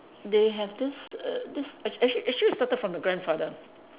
they have this err this ac~ actually actually it started from the grandfather